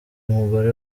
umugore